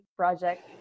project